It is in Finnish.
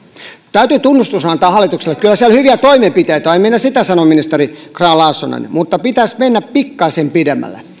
täytyy tunnustus antaa hallitukselle kyllä siellä hyviä toimenpiteitä on en minä sitä sano ministeri grahn laasonen mutta pitäisi mennä pikkasen pidemmälle